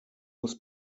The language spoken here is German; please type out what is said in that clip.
muss